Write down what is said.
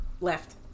left